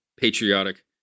patriotic